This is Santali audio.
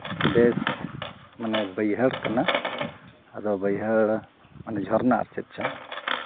ᱵᱮᱥ ᱢᱟᱱᱮ ᱵᱟᱹᱭᱦᱟᱹᱲ ᱠᱟᱱᱟ ᱢᱟᱱᱮ ᱵᱟᱹᱭᱦᱟᱹᱲ ᱡᱷᱚᱨᱱᱟ ᱟᱨ ᱪᱮᱫ ᱪᱚᱝ